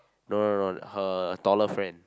no no no her taller friend